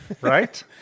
Right